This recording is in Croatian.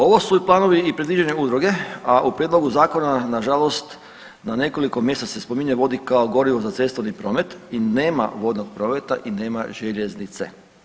Ovo su planovi i predviđanja udruge, a u prijedlogu zakona nažalost na nekoliko mjesta se spominje vodik kao gorivo za cestovni promet i nema vodnog prometa i nema željeznice.